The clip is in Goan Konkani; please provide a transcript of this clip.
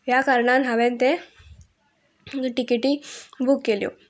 ह्या कारणान हांवेंन ते टिकेटी बूक केल्यो